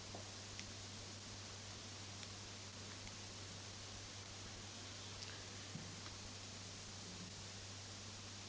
Om en kampanj mot dödsstraffet Om en kampanj mot dödsstraffet